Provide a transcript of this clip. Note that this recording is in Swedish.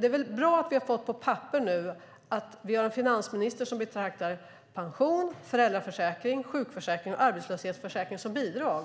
Det är bra att vi har fått på papper nu att vi har en finansminister som betraktar pension, föräldraförsäkring, sjukförsäkring och arbetslöshetsförsäkring som bidrag.